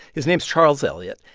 his name's charles elliot,